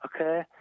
okay